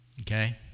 okay